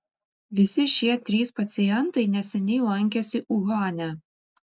visi šie trys pacientai neseniai lankėsi uhane